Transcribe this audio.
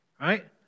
Right